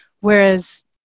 Whereas